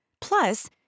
Plus